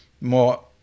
more